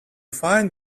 find